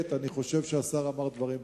דבר אחר, אני חושב שהשר אמר דברים ברורים,